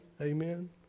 Amen